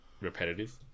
repetitive